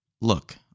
look